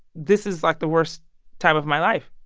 this is like the worst time of my life.